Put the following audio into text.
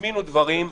הזמינו דברים,